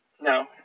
No